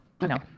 No